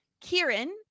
Kieran